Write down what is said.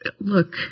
look